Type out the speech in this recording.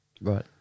Right